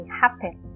happen